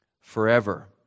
forever